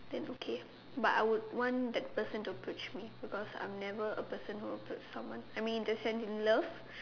then okay but I want that person to approach me because I'm never a person who approach someone I mean in the sense in love